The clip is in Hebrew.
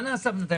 מה נעשה בינתיים?